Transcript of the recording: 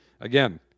Again